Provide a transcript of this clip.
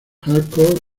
hardcore